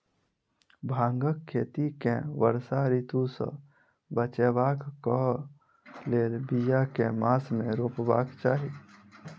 भांगक खेती केँ वर्षा ऋतु सऽ बचेबाक कऽ लेल, बिया केँ मास मे रोपबाक चाहि?